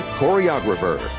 choreographer